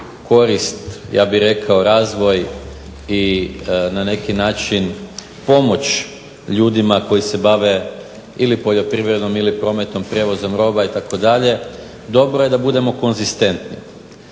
korist, ja bih rekao razvoj i na neki način pomoći ljudima koji se bave ili poljoprivredom ili prometom, prijevozom roba itd., dobro je da budemo konzistentni.